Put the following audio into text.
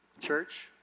Church